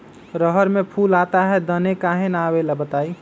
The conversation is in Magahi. रहर मे फूल आता हैं दने काहे न आबेले बताई?